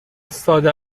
ساده